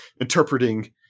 interpreting